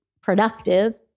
productive